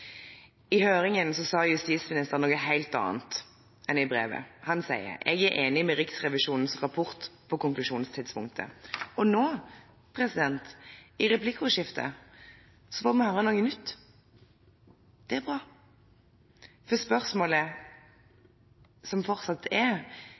I høringen sa justisministeren noe helt annet enn i brevet. Han sier at «jeg er enig i Riksrevisjonens konklusjon på konklusjonstidspunktet». Nå, i replikkordskiftet, får vi høre noe nytt. Det er bra. For spørsmålet som fortsatt er